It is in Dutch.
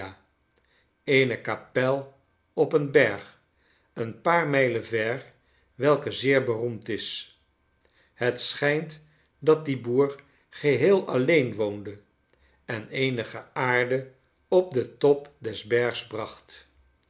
eene kapel op een berg een paar mijlen ver welke zeer beroemd is het schijnt dat die boer geheel alleen woonde en eenige aarde op den top des bergs bracht